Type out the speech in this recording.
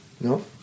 No